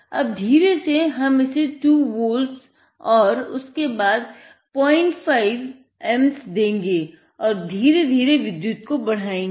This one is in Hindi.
और धीरे से हम इसे 2 वोल्टस औए उसके बाद 05 Amps देंगे और धीरे धीरे विद्युत् को बढायेगे